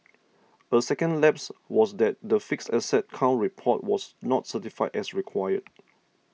a second lapse was that the fixed asset count report was not certified as required